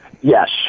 Yes